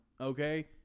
Okay